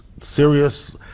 serious